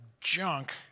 junk